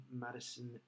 Madison